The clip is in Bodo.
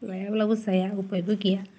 लायाब्लाबो जाया उपायबो गैया